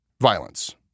violence